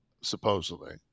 supposedly